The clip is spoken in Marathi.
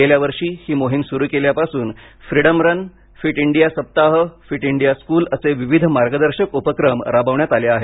गेल्या वर्षी ही मोहीम सुरू केल्यापासून फ्रीडम रन फिट इंडिया सप्ताह फिट इंडिया स्कूल असे विविध मार्गदर्शक उपक्रम राबवण्यात आले आहेत